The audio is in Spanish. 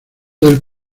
del